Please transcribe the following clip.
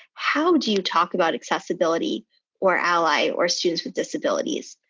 how do you talk about accessibility or ally or students with disabilities?